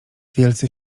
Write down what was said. wielce